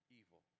evil